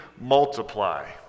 multiply